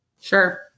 Sure